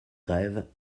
grève